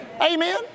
Amen